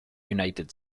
united